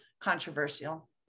controversial